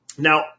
Now